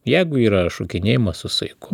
jeigu yra šokinėjimas su saiku